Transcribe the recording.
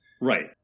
right